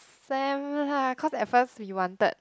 Sam lah cause at first we wanted